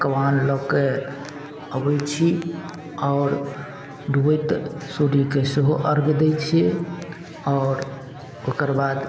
पकवान लअके अबय छी आओर डुबैत सूर्यके सेहो अर्घ दै छियै आओर ओकर बाद